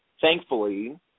thankfully